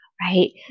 right